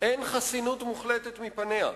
אין חסינות מוחלטת מפניה.